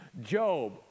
Job